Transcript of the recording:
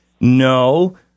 No